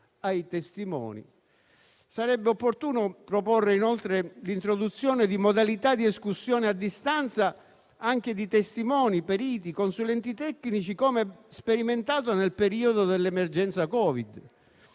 Sarebbe opportuno proporre, inoltre, l'introduzione di modalità di escussione a distanza anche di testimoni, periti, consulenti tecnici, come sperimentato nel periodo dell'emergenza Covid.